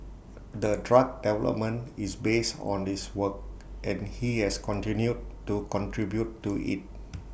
the drug development is based on his work and he has continued to contribute to IT